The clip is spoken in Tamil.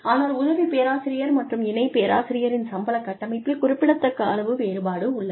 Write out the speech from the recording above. ஆனால் உதவி பேராசிரியர் மற்றும் இணைப் பேராசிரியரின் சம்பள கட்டமைப்பில் குறிப்பிடத்தக்க அளவு வேறுபாடு உள்ளது